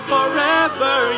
Forever